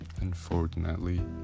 unfortunately